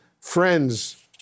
friends